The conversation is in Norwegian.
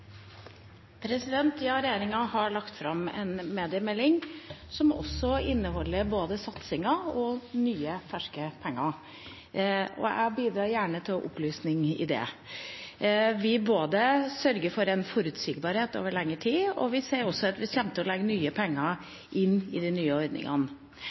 Regjeringa har lagt fram en mediemelding som inneholder både satsinger og nye, ferske penger. Jeg bidrar gjerne til opplysning om det. Vi sørger for en forutsigbarhet over lengre tid, og vi sier også at vi kommer til å legge nye